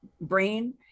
brain